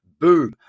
boom